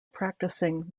practising